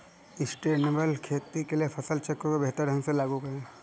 sustainable खेती के लिए फसल चक्र को बेहतर ढंग से लागू करें